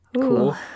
cool